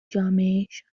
جامعهشان